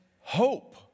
hope